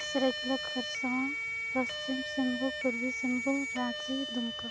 Seraikela Kharsawan Paschim Singhbhum Purbi Singhbhum Ranchi Dumka